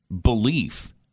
belief